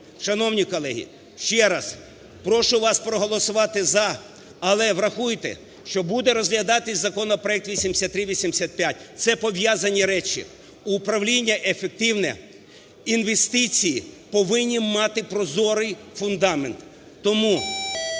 Шановні колеги, ще раз прошу вас проголосувати "за". Але врахуйте, що буде розглядатись законопроект 8385, це пов'язані речі. Управління ефективне, інвестиції повинні мати прозорий фундамент. Тому